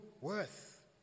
worth